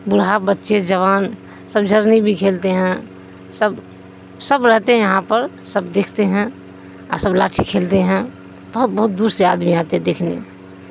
بوڑھا بچے جوان سب جھرنی بھی کھیلتے ہیں سب سب رہتے ہیں یہاں پر سب دیکھتے ہیں اور سب لاٹھی کھیلتے ہیں بہت بہت دور سے آدمی آتے ہیں دیکھنے